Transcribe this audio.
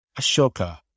Ashoka